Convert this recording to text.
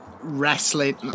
wrestling